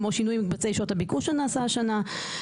כמו שינוי מקבצי שעות הביקוש שנעשה השנה,